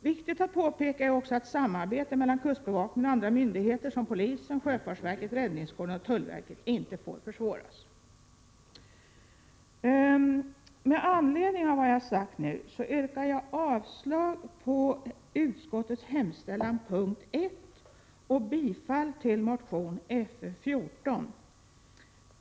Viktigt att påpeka är också att samarbetet mellan kustbevakningen och andra myndigheter som polisen, sjöfartsverket, räddningskåren och tullverket inte får försvåras. Med anledning av vad jag har sagt nu yrkar jag avslag på utskottets hemställan, punkt 1, och bifall till motion Föl4.